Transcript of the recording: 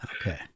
Okay